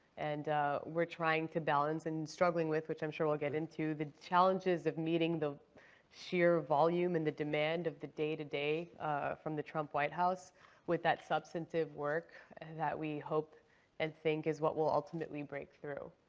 and we're trying to balance and struggling with, which i'm sure we'll get into, the challenges of meeting the sheer volume and the demand of the day-to-day from the trump white house with that substantive work that we hope and think is what will ultimately break through.